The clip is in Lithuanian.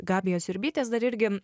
gabijos siurbytės dar irgi